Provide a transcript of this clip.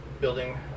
building